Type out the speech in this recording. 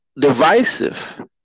divisive